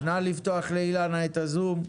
נא לפתוח לאילנה את הזום.